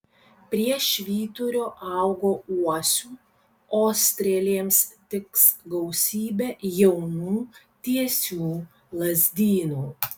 prie švyturio augo uosių o strėlėms tiks gausybė jaunų tiesių lazdynų